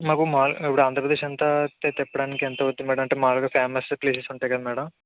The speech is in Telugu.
మాకు మామూలు ఇప్పుడు ఆంధ్రప్రదేశ్ అంతా వస్తే తిప్పడానికి ఎంత అవుతుంది మామూలుగా ఫేమస్ ప్లేసెస్ ఉంటాయి కదా మేడం